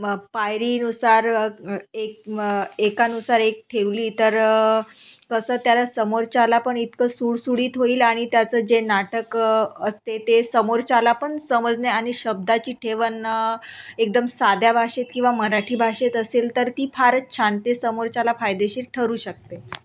मग पायरीनुसार एक एकानुसार एक ठेवली तर कसं त्याला समोरच्याला पण इतकं सुटसुटीत होईल आणि त्याचं जे नाटक असते ते समोरच्याला पण समजणे आणि शब्दाची ठेवण एकदम साध्या भाषेत किंवा मराठी भाषेत असेल तर ती फारच छान ते समोरच्याला फायदेशीर ठरू शकते